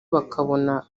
bakabona